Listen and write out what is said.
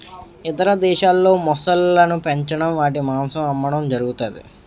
ఇతర దేశాల్లో మొసళ్ళను పెంచడం వాటి మాంసం అమ్మడం జరుగుతది